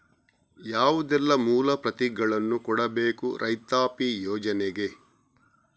ಯಾವುದೆಲ್ಲ ಮೂಲ ಪ್ರತಿಗಳನ್ನು ಕೊಡಬೇಕು ರೈತಾಪಿ ಯೋಜನೆಗೆ?